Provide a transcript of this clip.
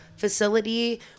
facility